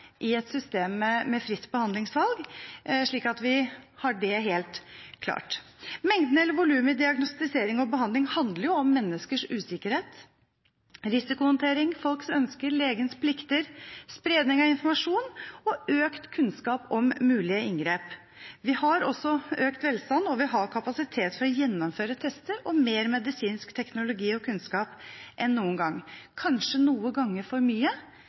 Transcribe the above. i et system med fritt behandlingsvalg – slik at vi har dét helt klart. Mengden eller volumet i diagnostisering og behandling handler om menneskers usikkerhet, risikohåndtering, folks ønsker, legens plikter, spredning av informasjon og økt kunnskap om mulige inngrep. Vi har også økt velstand og vi har kapasitet til å gjennomføre tester, og vi har mer medisinsk teknologi og kunnskap enn noen gang – kanskje noen ganger for mye,